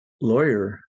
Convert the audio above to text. lawyer